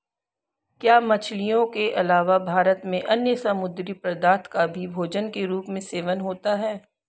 क्या मछलियों के अलावा भारत में अन्य समुद्री पदार्थों का भी भोजन के रूप में सेवन होता है?